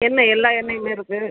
எண்ணெய் எல்லா எண்ணெயுமே இருக்குது